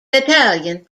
italian